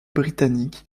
britanniques